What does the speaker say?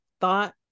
thought